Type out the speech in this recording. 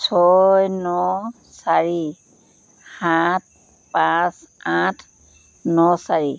ছয় ন চাৰি সাত পাঁচ আঠ ন চাৰি